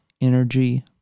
energy